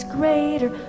greater